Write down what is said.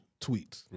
tweets